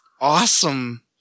awesome